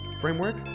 Framework